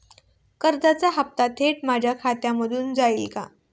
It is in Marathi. कर्जाचा हप्ता थेट माझ्या खात्यामधून जाईल का?